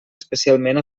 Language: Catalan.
especialment